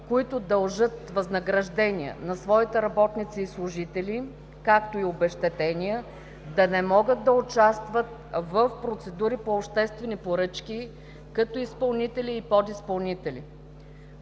които дължат възнаграждения на своите работници и служители, както и обезщетения, да не могат да участват в процедури по обществени поръчки като изпълнители и подизпълнители.